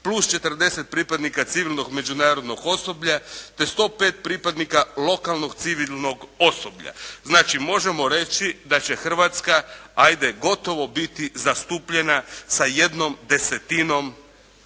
plus 40 pripadnika civilnog međunarodnog osoblja te 105 pripadnika lokalnog civilnog osoblja. Znači, možemo reći da će Hrvatska, ajde, gotovo biti zastupljena sa jednom desetinom